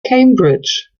cambridge